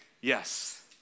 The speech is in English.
yes